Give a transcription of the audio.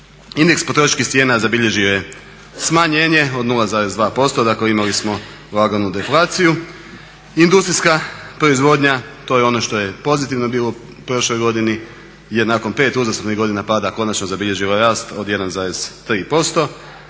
Indeks potrošačkih cijena zabilježio je smanjenje od 0,2% dakle imali smo laganu deflaciju. Industrijska proizvodnja to je ono što je bilo pozitivno u prošloj godini je nakon pet uzastopnih godina pada konačno zabilježio rast od 1,3%.